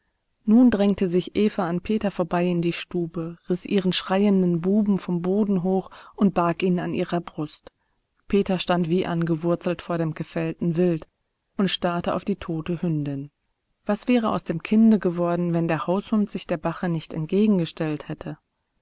nun drängte sich eva an peter vorbei in die stube riß ihren schreienden buben vom boden hoch und barg ihn an ihrer brust peter stand wie angewurzelt vor dem gefällten wild und starrte auf die tote hündin was wäre aus dem kinde geworden wenn der haushund sich der bache nicht entgegengestellt hätte